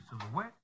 silhouette